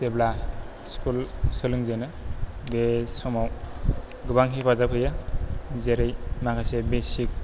जेब्ला स्कुल सोलोंजेनो बे समाव गोबां हेफाजाब होयो जेरै माखासे बेसिक